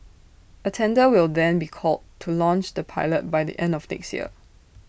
A tender will then be called to launch the pilot by the end of next year